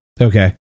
Okay